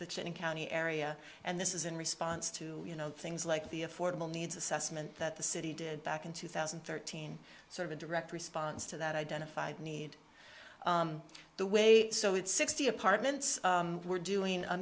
the chicken county area and this is in response to you know things like the afford it needs assessment that the city did back in two thousand and thirteen sort of a direct response to that identified need the way so it's sixty apartments we're doing a